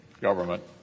government